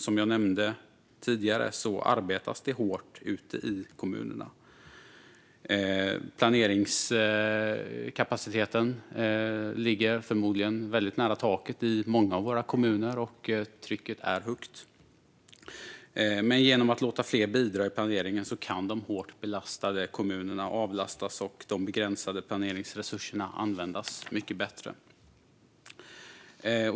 Som jag nämnde tidigare arbetas det hårt ute i kommunerna. Planeringskapaciteten ligger förmodligen väldigt nära taket i många av våra kommuner, och trycket är högt. Genom att låta fler bidra i planeringen kan de hårt belastade kommunerna avlastas och de begränsade planeringsresurserna användas mycket bättre.